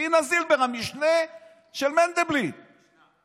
דינה זילבר, המשנֶה של מנדלבליט, המשנָה.